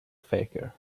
faker